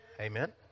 Amen